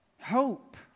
Hope